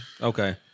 Okay